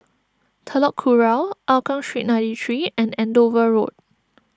Telok Kurau Hougang Street ninety three and Andover Road